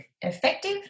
effective